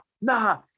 Nah